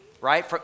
right